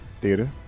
theater